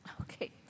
Okay